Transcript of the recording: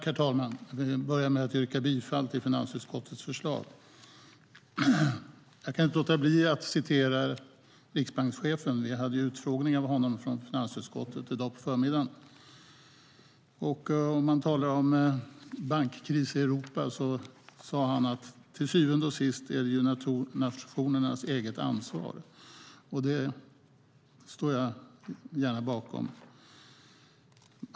Herr talman! Låt mig börja med att yrka bifall till finansutskottets förslag. Jag kan inte låta bli att citera riksbankschefen. Vi i finansutskottet hade ju en utfrågning av honom i dag på förmiddagen. Om bankkriser i Europa sade han att det till syvende och sist är nationernas eget ansvar. Det står jag gärna bakom.